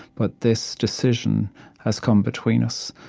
but this decision has come between us.